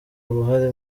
uruhare